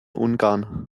ungarn